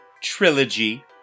trilogy